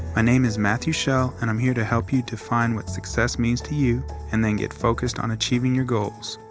ah name is matthew shell and i'm here to help you define what success means to you and then get focused on achieving your goals.